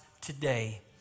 today